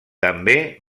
també